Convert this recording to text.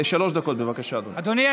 שלוש דקות, בבקשה, אדוני.